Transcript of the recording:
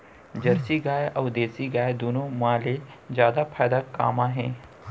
Jersey गाय अऊ देसी गाय दूनो मा ले जादा फायदा का मा हे?